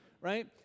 Right